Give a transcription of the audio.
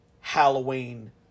Halloween